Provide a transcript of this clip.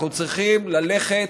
אנחנו צריכים ללכת,